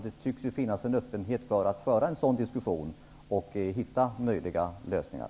Det tycks finnas en öppenhet för en sådan diskussion och för att hitta möjliga lösningar.